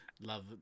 love